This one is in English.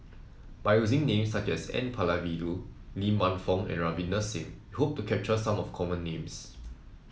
by using names such as N Palanivelu Lee Man Fong and Ravinder Singh we hope to capture some of the common names